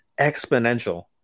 Exponential